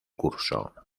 curso